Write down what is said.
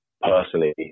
Personally